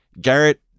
Garrett